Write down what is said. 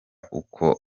uko